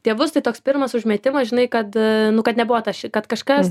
tėvus tai toks pirmas užmetimas žinai kad nu kad nebuvo tas čia kad kažkas